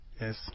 yes